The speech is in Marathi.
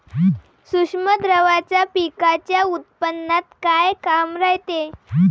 सूक्ष्म द्रव्याचं पिकाच्या उत्पन्नात का काम रायते?